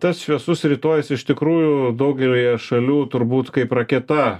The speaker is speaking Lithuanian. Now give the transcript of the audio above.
tas šviesus rytojus iš tikrųjų daugelyje šalių turbūt kaip raketa